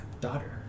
Daughter